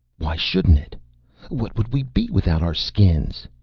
why shouldn't it? what would we be without our skins?